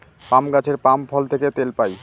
পাম গাছের পাম ফল থেকে তেল পাই